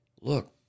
look